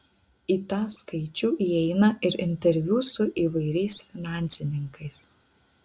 į tą skaičių įeina ir interviu su įvairiais finansininkais